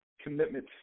commitment